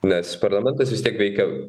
nes parlamentas vis tiek veikia